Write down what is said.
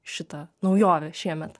šita naujovė šiemet